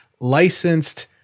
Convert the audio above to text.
licensed